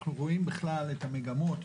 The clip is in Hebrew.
אנחנו רואים בכלל את המגמות,